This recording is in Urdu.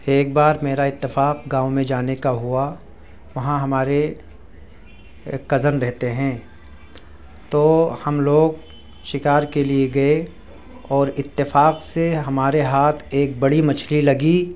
ایک بار میرا اتفاق گاؤں میں جانے کا ہوا وہاں ہمارے کزن رہتے ہیں تو ہم لوگ شکار کے لیے گئے اور اتفاق سے ہمارے ہاتھ ایک بڑی مچھلی لگی